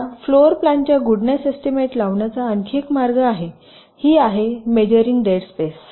आता फ्लोर प्लॅनच्या goodness estimate लावण्याचा आणखी एक मार्ग आहे ही आहे मेजरींग डेड स्पेस